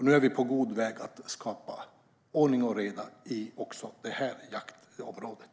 Nu är vi på god väg att skapa ordning och reda också på det här jaktområdet.